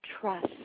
Trust